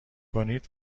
کنید